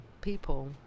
people